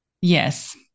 yes